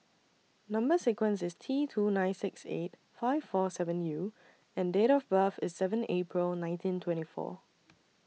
Number sequence IS T two nine six eight five four seven U and Date of birth IS seven April nineteen twenty four